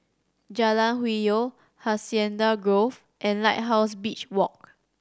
Jalan Hwi Yoh Hacienda Grove and Lighthouse Beach Walk